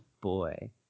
boy